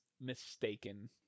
mistaken